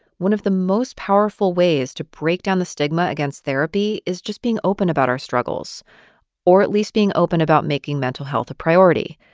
one of the most powerful ways to break down the stigma against therapy is just being open about our struggles or at least being open about making mental health a priority.